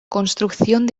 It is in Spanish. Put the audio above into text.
construcción